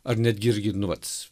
ar netgi irgi nu vat